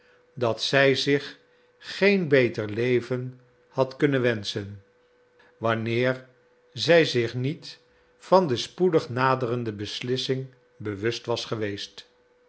dat zij zich geen beter leven had kunnen wenschen wanneer zij zich niet van de spoedig naderende beslissing bewust was geweest